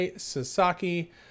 Sasaki